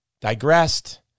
digressed